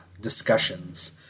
discussions